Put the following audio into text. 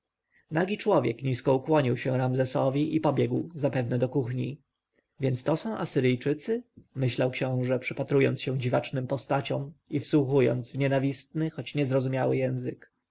nagi człowiek nisko ukłonił się ramzesowi i pobiegł zapewne do kuchni więc to są asyryjczycy myślał książę przypatrując się dziwacznym postaciom i wsłuchując się w nienawistny choć niezrozumiały język